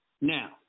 now